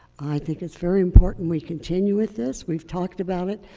i think it's very important we continue with this. we've talked about it.